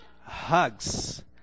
Hugs